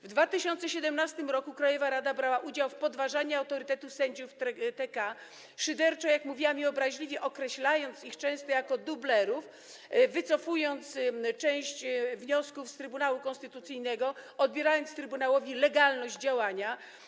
W 2017 r. krajowa rada brała udział w podważaniu autorytetu sędziów TK, szyderczo, jak mówiłam, i obraźliwie określając ich często mianem dublerów, wycofując część wniosków z Trybunału Konstytucyjnego, odbierając trybunałowi legalność działania.